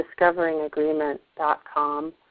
discoveringagreement.com